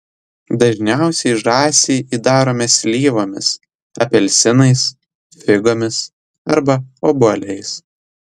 dažniausiai žąsį įdarome slyvomis apelsinais figomis arba obuoliais